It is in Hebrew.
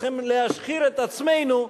צריכים להשחיר את עצמנו,